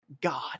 God